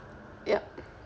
yup